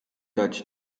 dać